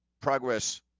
progress